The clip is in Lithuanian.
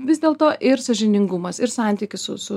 vis dėl to ir sąžiningumas ir santykis su su